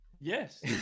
Yes